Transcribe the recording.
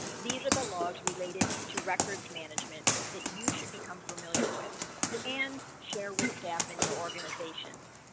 these are the laws related to records management that you should become familiar with and share with staff in your organization